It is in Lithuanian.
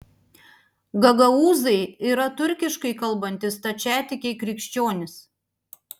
gagaūzai yra turkiškai kalbantys stačiatikiai krikščionys